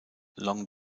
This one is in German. long